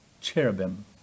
Cherubim